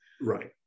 Right